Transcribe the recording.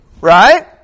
right